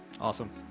Awesome